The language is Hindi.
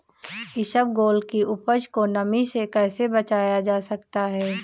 इसबगोल की उपज को नमी से कैसे बचाया जा सकता है?